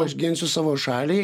aš ginsiu savo šalį